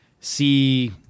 see